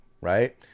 right